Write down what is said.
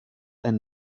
ein